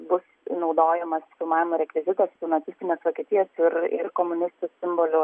bus naudojamas filmavimo rekvizitas su nacistinės vokietijos ir ir komunistų simbolių